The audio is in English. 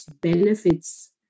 benefits